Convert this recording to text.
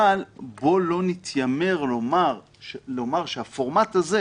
אבל בואו לא נתיימר לומר שהפורמט הזה,